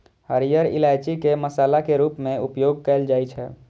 हरियर इलायची के मसाला के रूप मे उपयोग कैल जाइ छै